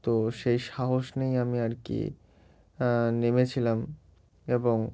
তো সেই সাহস নিয়েই আমি আর কি নেমেছিলাম এবং